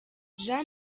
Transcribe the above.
jean